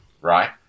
right